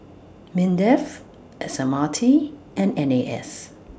Mindef S M R T and N A S